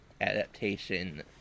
adaptation